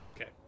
Okay